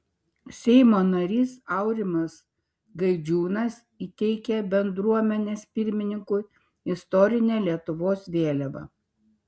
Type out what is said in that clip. seimo narys aurimas gaidžiūnas įteikė bendruomenės pirmininkui istorinę lietuvos vėliavą